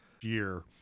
year